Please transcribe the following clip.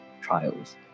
trials